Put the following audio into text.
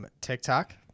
TikTok